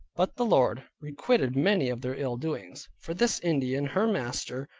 but the lord requited many of their ill doings, for this indian her master,